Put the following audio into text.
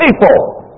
people